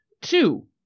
two